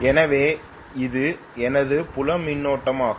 எனவே இது எனது புலம் மின்னோட்டமாகும்